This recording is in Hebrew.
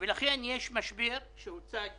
ולכן יש משבר, שהוצג בפרוטרוט,